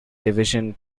division